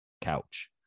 couch